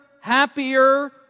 happier